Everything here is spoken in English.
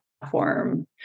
platform